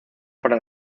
para